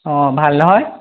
অঁ ভাল নহয়